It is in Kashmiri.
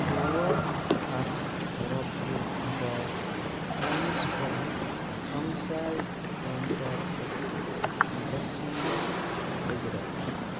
ژور ہتھ رۄپیہِ کَر ٹرانٕسفر ہمساے کانٹیکٹَس ڈسمبر اُجرت